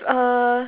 uh